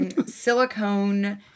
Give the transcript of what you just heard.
Silicone